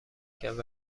کرد